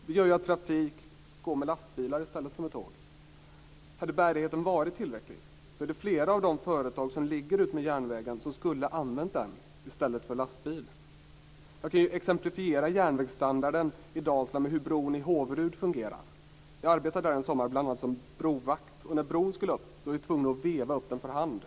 Det gör att trafik går med lastbilar i stället för med tåg. Hade bärigheten varit tillräcklig är det flera av de företag som ligger utmed järnvägen som skulle ha använt den i stället för lastbil. Jag kan exemplifiera järnvägsstandarden i Dalsland med hur bron i Håverud fungerar. Jag arbetade där en sommar bl.a. som brovakt. När bron skulle upp var vi tvungna att veva upp den för hand.